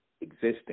existing